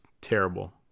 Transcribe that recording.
terrible